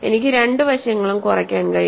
എനിക്ക് രണ്ട് വശങ്ങളും കുറയ്ക്കാൻ കഴിയും